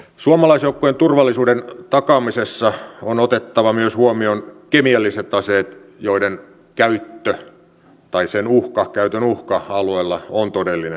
suomalaisjoukkojen turvallisuuden takaamisessa on otettava myös huomioon kemialliset aseet joiden käyttö tai käytön uhka alueella on todellinen